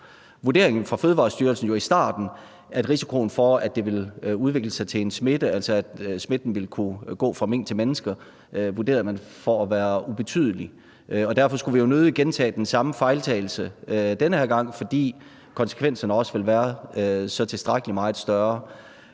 vurderingen fra Fødevarestyrelsen jo i starten, at risikoen for, at det ville udvikle sig til, at smitten ville kunne gå fra mink til mennesker, var ubetydelig, og vi skulle jo nødig gentage den fejltagelse denne gang, for så vil konsekvenserne også være tilstrækkelig meget større.